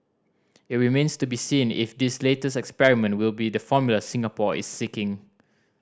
it remains to be seen if this latest experiment will be the formula Singapore is seeking